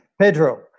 Pedro